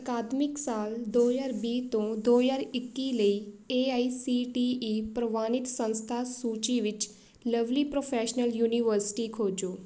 ਅਕਾਦਮਿਕ ਸਾਲ ਦੋ ਹਜ਼ਾਰ ਵੀਹ ਤੋਂ ਦੋ ਹਜ਼ਾਰ ਇੱਕੀ ਲਈ A I C T E ਪ੍ਰਵਾਨਿਤ ਸੰਸਥਾ ਸੂਚੀ ਵਿੱਚ ਲਵਲੀ ਪ੍ਰੋਫੈਸ਼ਨਲ ਯੂਨੀਵਰਸਿਟੀ ਖੋਜੋ